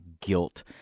guilt